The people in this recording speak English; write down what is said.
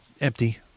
empty